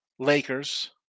Lakers